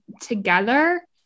together